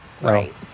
Right